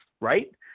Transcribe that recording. right